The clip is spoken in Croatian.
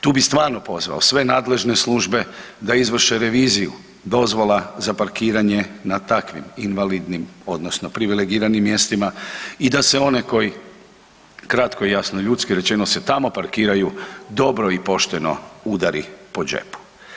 Tu bi stvarno pozvao sve nadležne službe da izvrše reviziju dozvola za parkiranje na takvim invalidnim odnosno privilegiranim mjestima i da se one koji kratko i jasno ljudski rečeno se tamo parkiraju dobro i pošteno udari po džepu.